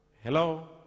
Hello